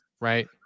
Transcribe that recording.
right